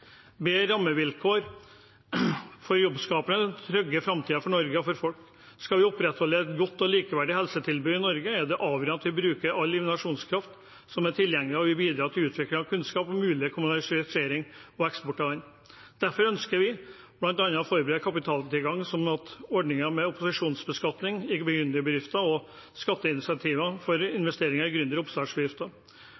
Bedre rammevilkår for jobbskapere trygger framtiden for Norge og for folk. Skal vi opprettholde et godt og likeverdig helsetilbud i Norge, er det avgjørende at vi bruker all innovasjonskraft som er tilgjengelig, og at vi bidrar til utvikling av kunnskap og mulig kommersialisering og eksport av den. Derfor ønsker vi å forbedre kapitaltilgangen ved bl.a. å se på ordningen med opsjonsbeskatning i gründerbedrifter og skatteincentiver for